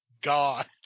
God